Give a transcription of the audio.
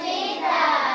Jesus